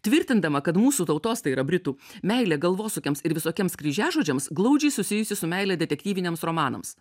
tvirtindama kad mūsų tautos tai yra britų meilė galvosūkiams ir visokiems kryžiažodžiams glaudžiai susijusi su meile detektyviniams romanams